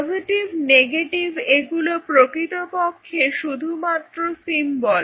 positive negative এগুলো প্রকৃতপক্ষে শুধুমাত্র সিম্বল